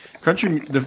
country